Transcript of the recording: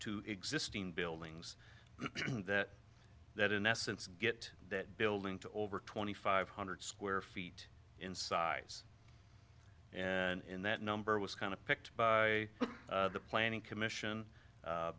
two existing buildings that that in essence get that building to over twenty five hundred square feet in size and that number was kind of picked by the planning commission